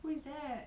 who is that